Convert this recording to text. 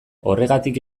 horregatik